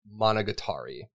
Monogatari